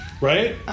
Right